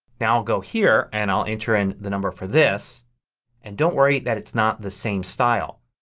now i'll go here and i'll enter in the number for this and don't worry that it's not the same style.